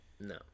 No